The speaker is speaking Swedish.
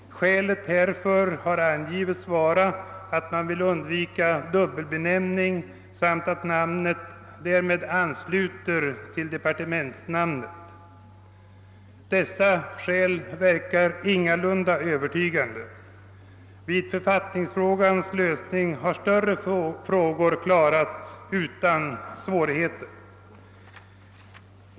Skälen härför har angivits vara att man vill undvika dubbelbenämning samt att namnet ansluter till departementsnamnet. Dessa skäl verkar ingalunda övertygande. Vid författningsfrågans lösning har störe frågor klarats utan svårighe ter.